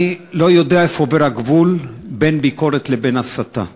אני לא יודע איפה עובר הגבול בין ביקורת לבין הסתה.